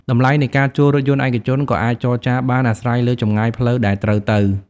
តម្លៃនៃការជួលរថយន្តឯកជនក៏អាចចរចាបានអាស្រ័យលើចម្ងាយផ្លូវដែលត្រូវទៅ។